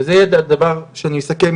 וזה יהיה הדבר שאיתו אסכם,